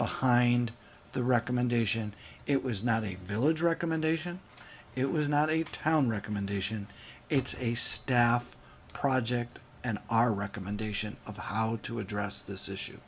behind the recommendation it was not a village recommendation it was not a town recommendation it's a staff project and our recommendation of how to address this issue